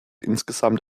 insgesamt